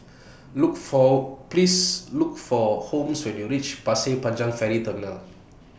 Look For Please Look For Holmes when YOU REACH Pasir Panjang Ferry Terminal